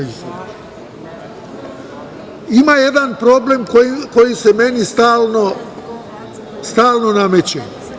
Ima jedan problem koji se meni stalno nameće.